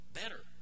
better